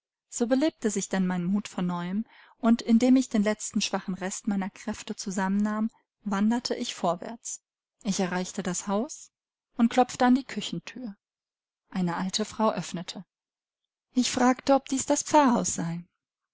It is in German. so belebte sich denn mein mut von neuem und indem ich den letzten schwachen rest meiner kräfte zusammen nahm wanderte ich vorwärts ich erreichte das haus und klopfte an die küchenthür eine alte frau öffnete ich fragte ob dies das pfarrhaus sei